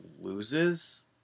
loses